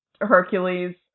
Hercules